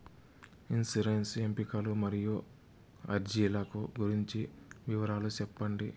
insurance ఎంపికలు మరియు అర్జీల గురించి వివరాలు సెప్పండి